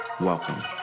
Welcome